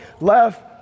left